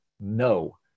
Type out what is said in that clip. No